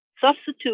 substitute